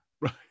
Right